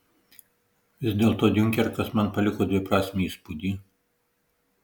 vis dėlto diunkerkas man paliko dviprasmį įspūdį